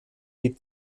die